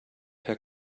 per